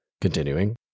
Continuing